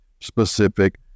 specific